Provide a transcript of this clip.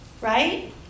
right